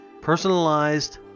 personalized